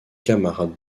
camarades